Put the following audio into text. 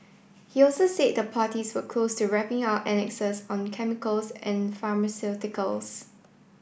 he also said the parties were close to wrapping up annexes on chemicals and pharmaceuticals